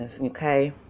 Okay